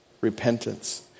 repentance